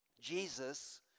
Jesus